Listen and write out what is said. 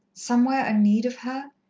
somewhere a need of her,